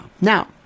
now